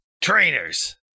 Trainers